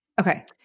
Okay